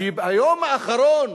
שביום האחרון,